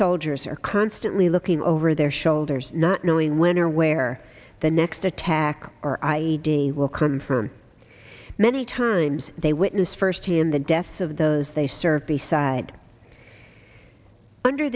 soldiers are constantly looking over their shoulders not knowing when or where the next attack our i e d will come from many times they witness first in the deaths of those they serve beside under